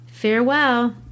farewell